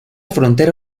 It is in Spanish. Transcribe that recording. frontera